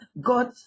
God